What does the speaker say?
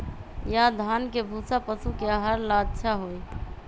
या धान के भूसा पशु के आहार ला अच्छा होई?